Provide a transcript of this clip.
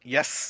Yes